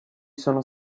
sono